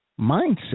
mindset